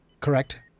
correct